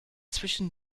zwischen